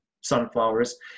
sunflowers